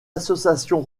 association